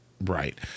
Right